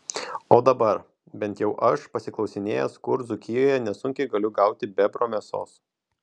o dabar bent jau aš pasiklausinėjęs kur dzūkijoje nesunkiai galiu gauti bebro mėsos